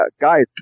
guys